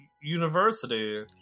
university